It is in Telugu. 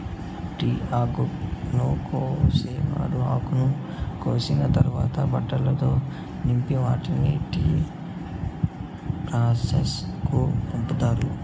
టీ ఆకును కోసేవారు ఆకును కోసిన తరవాత బుట్టలల్లో నింపి వాటిని టీ ప్రాసెస్ కు పంపిత్తారు